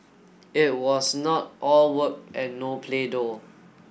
it was not all work and no play though